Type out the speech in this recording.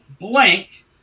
blank